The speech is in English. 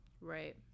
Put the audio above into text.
Right